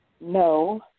No